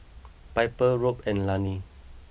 Piper Robb and Lannie